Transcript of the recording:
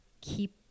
keep